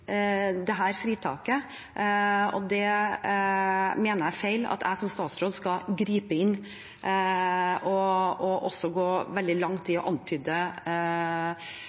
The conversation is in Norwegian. fritaket, og jeg mener det er feil at jeg som statsråd skal gripe inn og gå veldig langt i å antyde